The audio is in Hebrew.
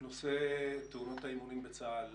נושא תאונות האימונים בצה"ל,